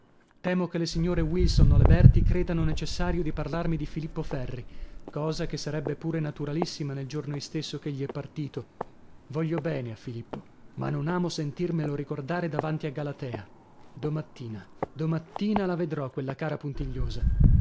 temo che le signore wilson o le berti credano necessario di parlarmi di filippo ferri cosa che sarebbe pure naturalissima nel giorno istesso ch'egli è partito voglio bene a filippo ma non amo sentirmelo ricordare davanti a galatea domattina domattina la vedrò quella cara puntigliosa